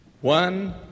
One